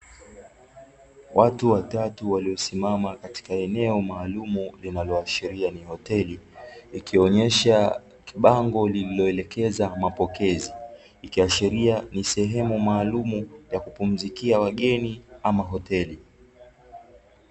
Watu watatu waliosimama katika eneo maalumu linaloashiria ni hoteli, ikionyesha bango lililoelekeza mapokezi, ikiashiria ni sehemu maalumu ya kupumzikia wageni ama hoteli.